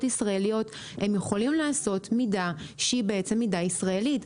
ישראליות הם יכולים לעשות מידה שהיא מידה ישראלית.